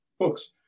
Books